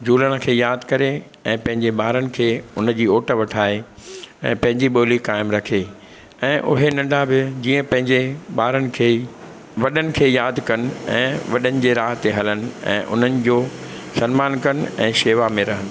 झूलण खे यादि करे ऐं पंहिंजे ॿारिन खे उन जी ओट वठाए ऐं पंहिंजी ॿोली क़ाइमु रखे ऐं उहे नढा बि जीअं पंहिंजे ॿारनि खे वॾनि खे यादि कनि ऐं वॾनि जे राह ते हलनि ऐं उन्हनि जो सन्मानु कनि ऐं शेवा में रहनि